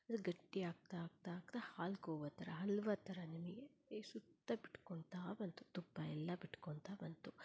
ಅದು ಗಟ್ಟಿ ಆಗ್ತಾ ಆಗ್ತಾ ಆಗ್ತಾ ಹಾಲು ಖೋವ ಥರ ಹಲ್ವ ಥರ ನಿಮಗೆ ಸುತ್ತ ಬಿಟ್ಕೊಳ್ತಾ ಬಂತು ತುಪ್ಪ ಎಲ್ಲ ಬಿಟ್ಕೊಳ್ತಾ ಬಂತು